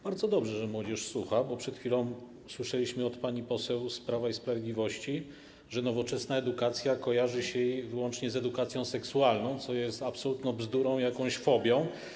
Bardzo dobrze, że młodzież słucha, bo przed chwilą słyszeliśmy od pani poseł z Prawa i Sprawiedliwości, że nowoczesna edukacja kojarzy się jej wyłącznie z edukacją seksualną, co jest absolutną bzdurą, jakąś fobią.